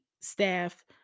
staff